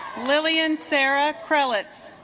lillian sarah credits